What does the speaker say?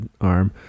arm